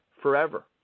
forever